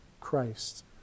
Christ